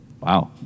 Wow